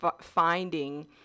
finding